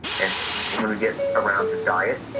and when when we get around to diet,